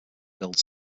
build